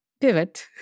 pivot